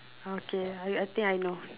okay I I think I know